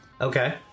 Okay